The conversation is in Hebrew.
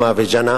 למא וג'אנא